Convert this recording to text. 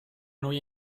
noi